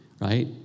right